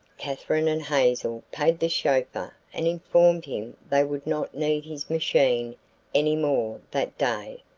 katherine and hazel paid the chauffeur and informed him they would not need his machine any more that day.